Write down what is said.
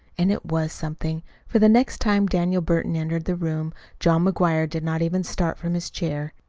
and it was something for the next time daniel burton entered the room, john mcguire did not even start from his chair.